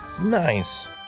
Nice